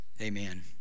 amen